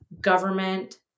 government